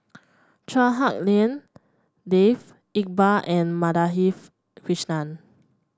Chua Hak Lien Dave Iqbal and Madhavi Krishnan